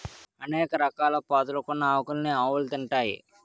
అనేక రకాల పాదులుకున్న ఆకులన్నీ ఆవులు తింటాయి